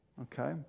okay